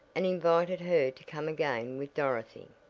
and invited her to come again with dorothy.